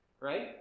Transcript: right